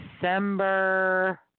December